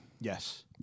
Yes